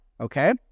okay